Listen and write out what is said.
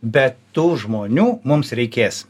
bet tų žmonių mums reikės